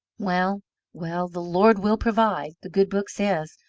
well well the lord will provide, the good book says,